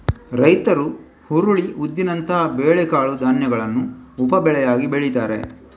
ರೈತರು ಹುರುಳಿ, ಉದ್ದಿನಂತಹ ಬೇಳೆ ಕಾಳು ಧಾನ್ಯಗಳನ್ನ ಉಪ ಬೆಳೆಯಾಗಿ ಬೆಳೀತಾರೆ